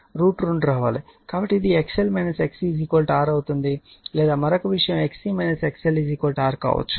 కాబట్టి ఇది XL XC R అవుతుంది లేదా మరొక విషయం XC XL R కావచ్చు